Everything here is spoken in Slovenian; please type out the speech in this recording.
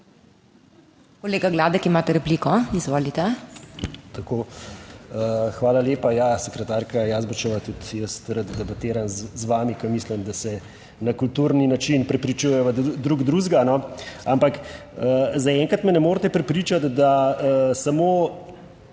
Kolega Gladek, imate repliko? Izvolite. **RADO GLADEK (PS SDS):** Tako. Hvala lepa, ja, sekretarka Jazbečeva, tudi jaz rad debatiram z vami, ker mislim, da na kulturni način prepričujeva drug drugega. Ampak zaenkrat me ne morete prepričati, da samo